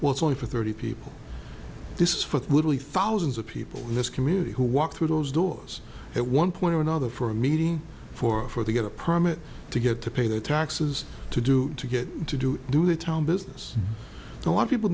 well it's only for thirty people this is for literally thousands of people in this community who walk through those doors at one point or another for a meeting for her to get a permit to get to pay their taxes to do to get to do do the town business a lot of people